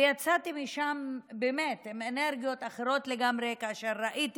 ויצאתי משם באמת עם אנרגיות אחרות לגמרי כאשר ראיתי